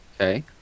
Okay